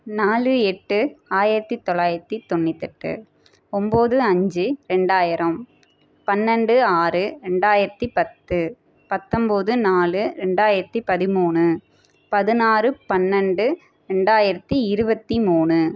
நாலு எட்டு ஆயிரத்தி தொள்ளாயிரத்தி தொண்ணுத்தெட்டு ஒம்பது அஞ்சு ரெண்டாயிரம் பன்னெண்டு ஆறு ரெண்டாயிரத்தி பத்து பத்தொம்பது நாலு ரெண்டாயிரத்தி பதிமூணு பதினாறு பன்னெண்டு ரெண்டாயிரத்தி இருபத்தி மூணு